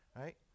right